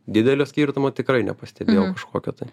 didelio skirtumo tikrai nepastebėjau kažkokio tai